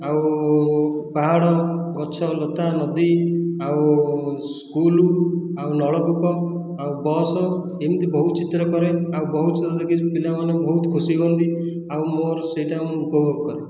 ଆଉ ପାହାଡ଼ ଗଛଲତା ନଦୀ ଆଉ ସ୍କୁଲ ଆଉ ନଳକୂପ ଆଉ ବସ୍ ଏମିତି ବହୁତ ଚିତ୍ର କରେ ଆଉ ବହୁତ ଚିତ୍ର ଦେଖି ପିଲାମାନେ ବହୁତ ଖୁସି ହୁଅନ୍ତି ଆଉ ମୋର ସେହିଟା ମୁଁ ଉପଭୋଗ କରେ